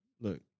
look